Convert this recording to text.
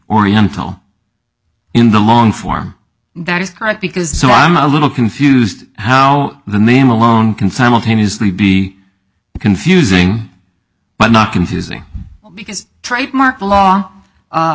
oriental in the long form that is correct because i'm a little confused how the name alone can simultaneously be confusing but not confusing because trademark law